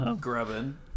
Grubbin